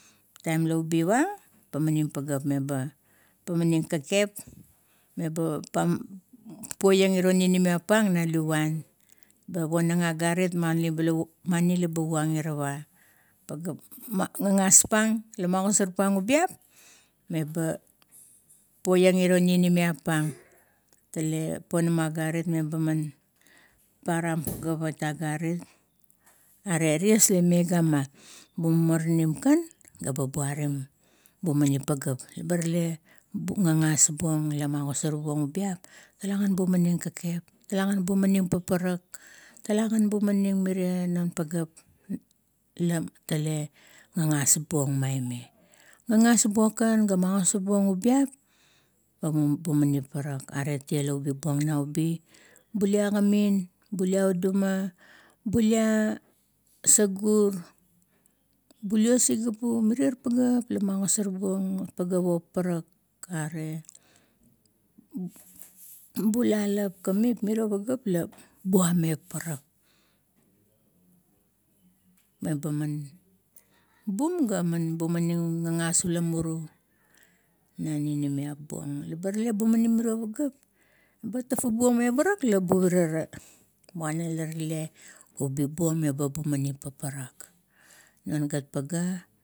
Taim la ubi van, pamaning pageap meba pamaning kekep meba poiang ninimiap pang na luvuan. Ponang agarit manilap poiang irava. Pageap, gagas pang la magosar pang meba puiang iro ninimiap pang, tale ponama agarit meba param pageapit agarit. Are ties la i gama, bumamaranim kan ga buarim, bumaning pageap. Leba tale gan bumaning kekep, talagan bumaning paparak, talagan bumaning mire non pageap la tale gagas buong maime. Gagas buong kan ga magosarbuong ubiap, eba mumaning paparak, aret a tie la ubi buong naubi, bulia kamin, bulia uduma, bulia sagur, bulia sigapu mirier pageap la agosor buong, pageap opaparak are bulalap miro kamip buam me paparak, meba man buam ga bumaning gagas ula mumuru na ninimiap buong. Leba tale bumaning miro pageap, bat tafabuong me parak ga buvara muana la tale ubi buong meba bumaning paparak. Non gat pagea